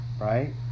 Right